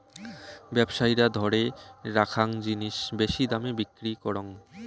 ব্যবসায়ীরা ধরে রাখ্যাং জিনিস বেশি দামে বিক্রি করং